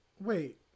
wait